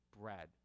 bread